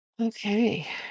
Okay